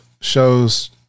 shows